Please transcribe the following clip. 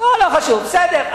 לא חשוב, בסדר.